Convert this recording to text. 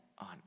on